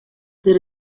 der